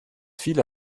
viele